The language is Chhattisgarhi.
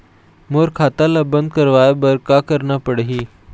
मोर खाता ला बंद करवाए बर का करना पड़ही?